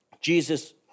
Jesus